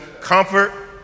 comfort